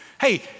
Hey